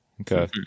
Okay